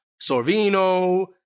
Sorvino